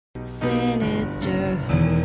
Sinister